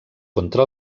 contra